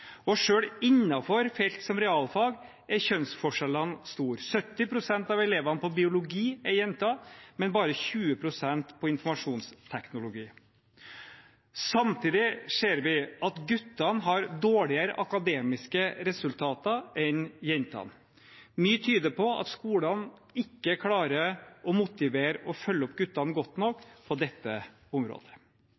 felt, som med realfag, er kjønnsforskjellene store: 70 pst. av elevene på biologi er jenter, men det er bare 20 pst. på informasjonsteknologi. Samtidig ser vi at guttene har dårligere akademiske resultater enn jentene. Mye tyder på at skolene ikke klarer å motivere og følge opp guttene godt nok